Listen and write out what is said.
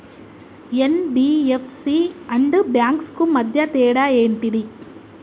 NBFC and banks కు మధ్య తేడా ఏంటిది?